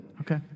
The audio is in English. Okay